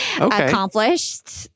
accomplished